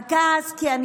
הכעס הוא כי אני